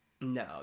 No